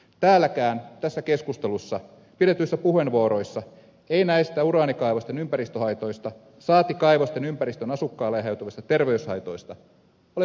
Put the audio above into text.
täälläkään tässä keskustelussa pidetyissä puheenvuoroissa ei näistä uraanikaivosten ympäristöhaitoista saati kaivosten ympäristön asukkaille aiheutuvista terveyshaitoista ole puhuttu juuri lainkaan